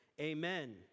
Amen